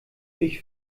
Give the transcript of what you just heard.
ich